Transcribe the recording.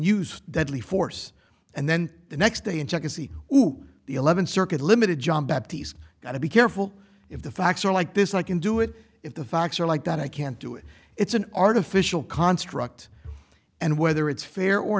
use deadly force and then the next day and check and see who the eleventh circuit limited john baptist got to be careful if the facts are like this i can do it if the facts are like that i can't do it it's an artificial construct and whether it's fair or